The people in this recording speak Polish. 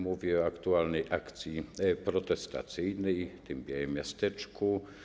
Mówię o aktualnej akcji protestacyjnej, o białym miasteczku.